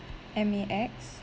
M A X